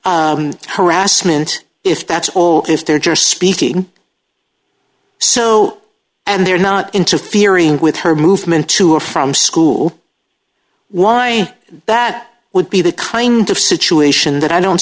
not harassment if that's all it is they're just speaking so and they're not interfering with her movement to or from school why that would be the kind of situation that i don't